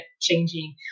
changing